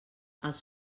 els